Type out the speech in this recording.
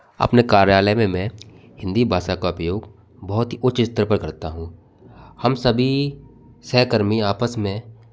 अपने कार्यालय में में हिंदी भाषा का उपयोग बहुत ही उच्च स्तर पर करता हूँ हम सभी सहकर्मी आपस में